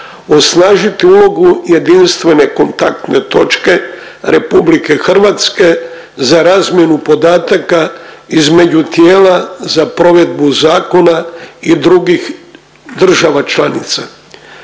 osnažiti ulogu jedinstvene kontaktne točke RH za razmjenu podataka između tijela za provedbu zakona i drugih država članica,